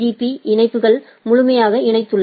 பீ இணைப்புகள் முழுமையாக இணைத்துள்ளன